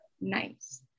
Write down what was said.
Nice